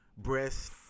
Breast